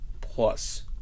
plus